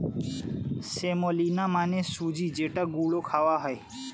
semolina মানে সুজি যেটা গুঁড়ো খাওয়া হয়